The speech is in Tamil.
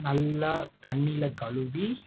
நல்லா தண்ணியில் கழுவி